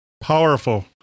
Powerful